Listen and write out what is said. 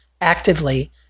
actively